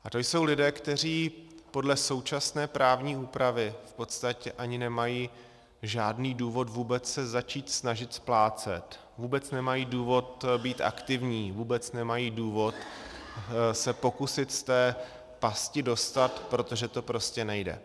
A to jsou lidé, kteří podle současné právní úpravy v podstatě ani nemají žádný důvod vůbec se začít snažit splácet, vůbec nemají důvod být aktivní, vůbec nemají důvod se pokusit z té pasti dostat, protože to prostě nejde.